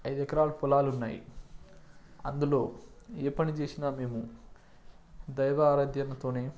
ఐదు ఎకరాలు పొలాలు ఉన్నాయి అందులో ఏ పని చేసినా మేము దైవా ఆరాధ్యతతోనే